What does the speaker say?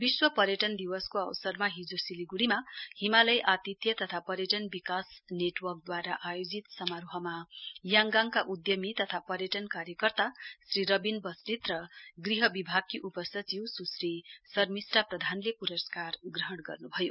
विश्व पर्यटन दिवसको अवसरमा हिजो सिलिगुढ़ीमा हिमालय आतिथ्य तथा पर्यटन विकास नेटवर्कद्वारा आयोजित समारोहमा याङगाङका उद्यमी तथा पर्यटन कार्यकर्ता श्री रवीन बस्नेत र गृह विभागकी उपसचिव सुश्री सर्मिष्टा प्रधानले पुरस्कार ग्रहण गर्नुभयो